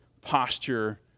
posture